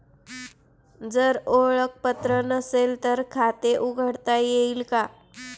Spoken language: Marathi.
जर ओळखपत्र नसेल तर खाते उघडता येईल का?